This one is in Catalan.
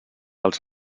els